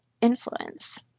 influence